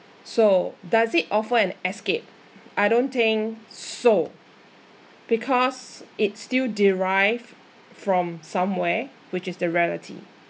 so does it offer an escape I don't think so because it's still derived from somewhere which is the reality